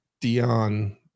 Dion